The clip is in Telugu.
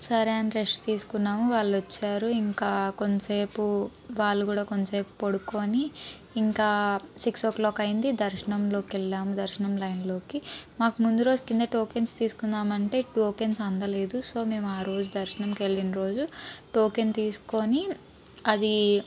సరే అని రెస్ట్ తీసుకున్నాము వాళ్ళొచ్చారు ఇంకా కొన్సేపు వాళ్ళు కూడా కొన్సేపు పడుకొని ఇంకా సిక్స్ ఓ క్లాక్ అయింది దర్శనంలోకి వెళ్ళాము దర్శనం లైన్లోకి మాకు ముందు రోజు కింద టోకెన్స్ తీసుకుందామంటే టోకెన్స్ అందలేదు సో మేం ఆ రోజు దర్శనంకి వెళ్ళిన రోజు టోకెన్ తీసుకొని అదీ